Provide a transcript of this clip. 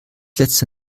letzte